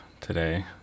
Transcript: today